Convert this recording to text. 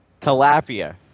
Tilapia